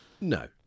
No